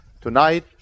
tonight